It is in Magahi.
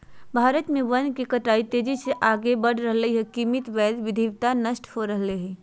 भारत में वन के कटाई तेजी से आगे बढ़ रहल हई, कीमती जैव विविधता नष्ट हो रहल हई